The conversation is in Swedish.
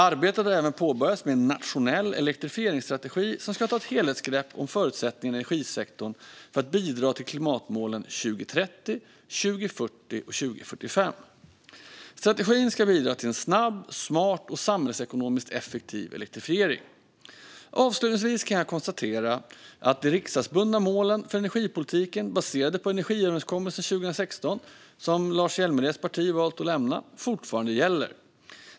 Arbete har även påbörjats med en nationell elektrifieringsstrategi som ska ta ett helhetsgrepp om förutsättningarna i energisektorn för att bidra till klimatmålen 2030, 2040 och 2045. Strategin ska bidra till en snabb, smart och samhällsekonomiskt effektiv elektrifiering. Avslutningsvis kan jag konstatera att de riksdagsbundna målen för energipolitiken baserade på energiöverenskommelsen från 2016, som Lars Hjälmereds parti valt att lämna, fortfarande gäller.